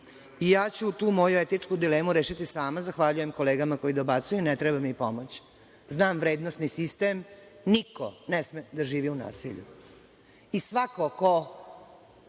I ja ću tu moju etičku dilemu rešiti sama. Zahvaljujem kolegama koji dobacuju, ne treba mi pomoć. Znam vrednosni sistem. Niko ne sme da živi u nasilju. I svako ko